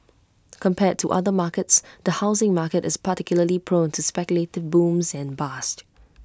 compared to other markets the housing market is particularly prone to speculative booms and bust